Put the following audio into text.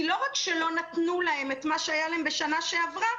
כי לא רק שלא נתנו להם את מה שהיה להם בשנה שעברה,